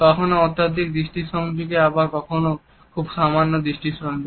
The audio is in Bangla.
কখনো অত্যধিক দৃষ্টি সংযোগ আবার কখনো খুব সামান্য দৃষ্টি সংযোগ